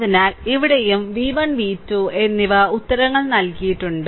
അതിനാൽ ഇവിടെയും v 1 v 2 എന്നിവ ഉത്തരങ്ങൾ നൽകിയിട്ടുണ്ട്